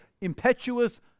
impetuous